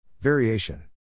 Variation